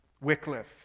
Wycliffe